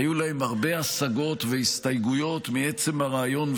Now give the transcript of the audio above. היו להם הרבה השגות והסתייגויות מעצם הרעיון,